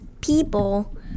people